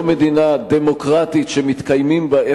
לא מדינה דמוקרטית שמתקיימים בה,